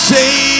Say